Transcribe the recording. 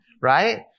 right